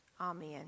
Amen